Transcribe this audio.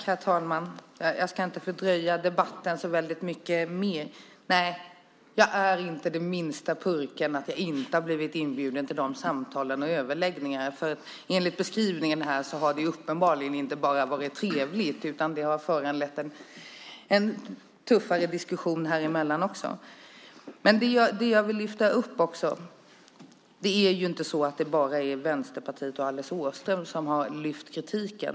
Herr talman! Jag ska inte förlänga debatten så väldigt mycket mer. Men jag vill säga: Nej, jag är inte det minsta purken för att jag inte blev inbjuden till samtalen och överläggningarna. Enligt beskrivningen här har det uppenbarligen inte bara varit trevligt, utan det här har också föranlett en tuffare diskussion emellanåt. En annan sak som jag vill lyfta fram är att det inte bara är jag och Vänsterpartiet som lyft fram kritik.